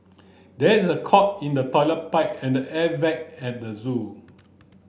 there is a clog in the toilet pipe and the air vent at the zoo